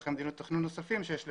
מסמכי מדיניות נוספים שיש לעירייה,